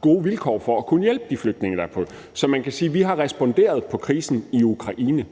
gode vilkår for at kunne hjælpe de flygtninge, der er. Så man kan sige, at vi har responderet på krisen i Ukraine,